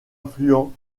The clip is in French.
influent